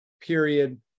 period